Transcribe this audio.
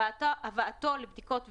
הבאתו לבדיקות וטרינריות,